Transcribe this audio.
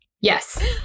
Yes